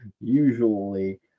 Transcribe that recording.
usually